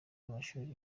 y’amashuri